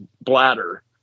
bladder